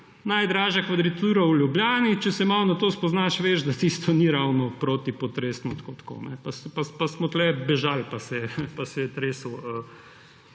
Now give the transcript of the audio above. najdražja kvadratura v Ljubljani. Če se malo na to spoznaš, veš, da tisto ni ravno protipotresno. Pa od tukaj smo bežali, tresel se je